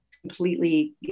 completely